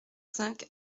cinq